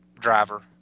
driver